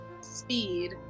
speed